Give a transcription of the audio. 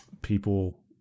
people